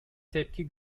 tepki